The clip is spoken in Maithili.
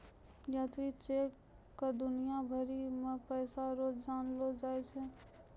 यात्री चेक क दुनिया भरी मे पैसा रो जानलो जाय छै